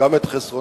גם את חסרונותיו,